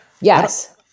Yes